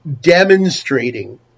demonstrating